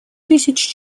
тысяч